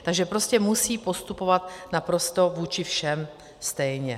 Takže prostě musí postupovat naprosto vůči všem stejně.